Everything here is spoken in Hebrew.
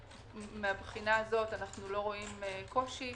מבחינה זו אנו לא רואים קושי.